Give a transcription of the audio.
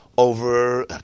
Over